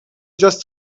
just